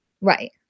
Right